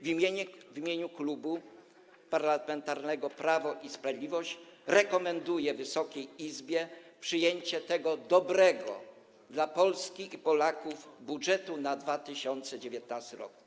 W imieniu Klubu Parlamentarnego Prawo i Sprawiedliwość rekomenduję Wysokiej Izbie przyjęcie tego dobrego dla Polski i Polaków budżetu na 2019 r.